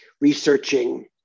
researching